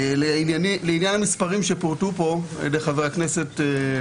לעניין המספרים שפורטו פה על ידי חברי הכנסת,